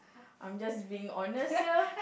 I'm just being honest here